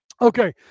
Okay